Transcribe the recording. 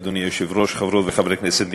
אדוני היושב-ראש, חברות וחברי כנסת נכבדים,